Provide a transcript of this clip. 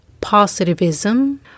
positivism